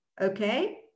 okay